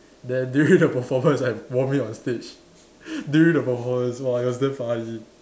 then during the performance I vomit on stage during the performance !wah! it was damn funny